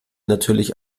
natürlich